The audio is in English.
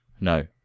No